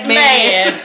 man